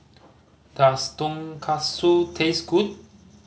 does Tonkatsu taste good